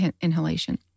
inhalation